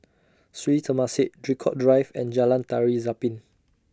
Sri Temasek Draycott Drive and Jalan Tari Zapin